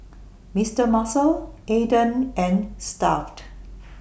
Mister Muscle Aden and Stuff'd